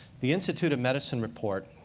the institute of medicine report,